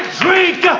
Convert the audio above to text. drink